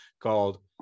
called